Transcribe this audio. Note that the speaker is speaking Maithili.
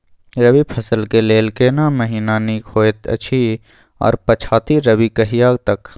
रबी फसल के लेल केना महीना नीक होयत अछि आर पछाति रबी कहिया तक?